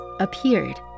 appeared